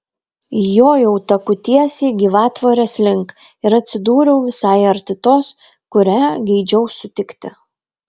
jojau taku tiesiai gyvatvorės link ir atsidūriau visai arti tos kurią geidžiau sutikti